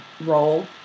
role